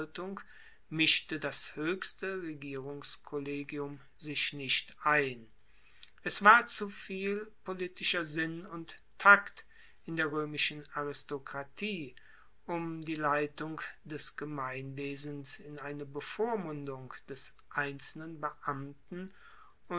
mischte das hoechste regierungskollegium sich nicht ein es war zu viel politischer sinn und takt in der roemischen aristokratie um die leitung des gemeinwesens in eine bevormundung des einzelnen beamten